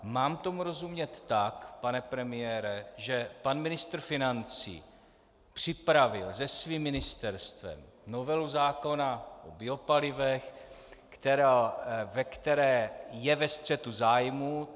Mám tomu rozumět tak, pane premiére, že pan ministr financí připravil se svým ministerstvem novelu zákona o biopalivech, ve které je ve střetu zájmů?